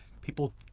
people